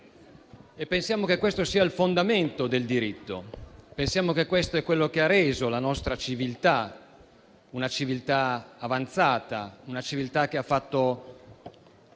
Pensiamo che questo sia il fondamento del diritto. Pensiamo che questo sia quello che ha reso la nostra civiltà una civiltà avanzata, una civiltà che ha